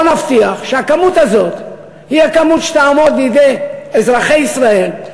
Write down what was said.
בואו נבטיח שהכמות הזאת היא הכמות שתעמוד לידי אזרחי ישראל,